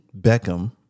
Beckham